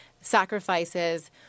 sacrifices